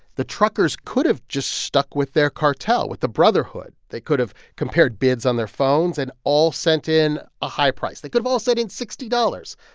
the truckers could have just stuck with their cartel, with the brotherhood. they could have compared bids on their phones and all sent in a high price. they could have all sent in sixty dollars,